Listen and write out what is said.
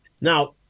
Now